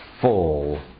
full